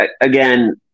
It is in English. again